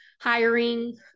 hiring